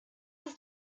ist